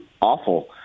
awful